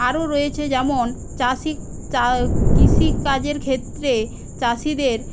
আরও রয়েছে যেমন চাষি কৃষি কাজের ক্ষেত্রে চাষিদের